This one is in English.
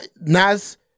Naz